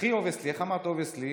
הכי obviously, איך אמרת, obviously,